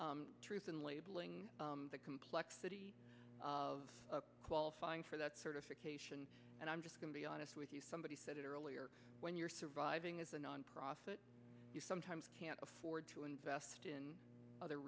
i truth in labeling the complexity of qualifying for that certification and i'm just going to be honest with you somebody said it earlier when you're surviving is a nonprofit you sometimes can't afford to invest in other